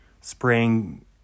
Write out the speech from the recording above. spraying